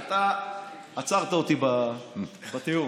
אתה עצרת אותי בטיעון.